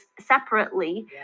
separately